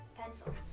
pencil